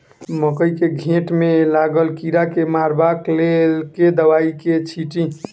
मकई केँ घेँट मे लागल कीड़ा केँ मारबाक लेल केँ दवाई केँ छीटि?